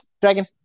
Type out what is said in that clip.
dragon